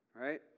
right